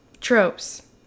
Tropes